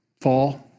fall